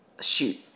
shoot